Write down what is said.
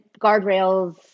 guardrails